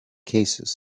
cases